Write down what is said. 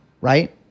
right